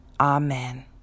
Amen